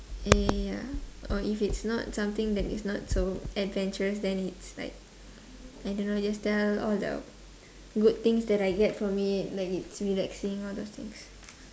ya ya ya or if it's not something that is not so adventurous then it's like I don't know just tell all the good things that I get from it like it's relaxing all those things